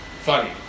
funny